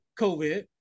COVID